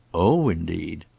oh indeed!